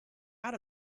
out